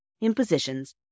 impositions